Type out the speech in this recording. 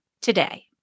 today